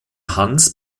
hans